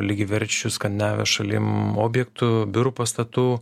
lygiaverčių skandinavijos šalim objektų biurų pastatų